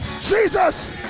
Jesus